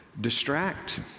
distract